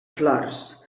flors